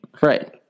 Right